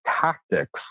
tactics